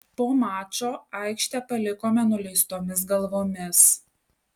po mačo aikštę palikome nuleistomis galvomis